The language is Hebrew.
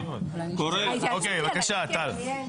בבקשה, טל.